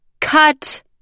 Cut